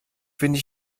finde